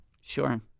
Sure